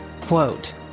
quote